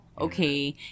Okay